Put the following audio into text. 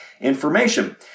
information